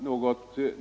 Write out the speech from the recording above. Herr talman!